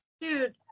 dude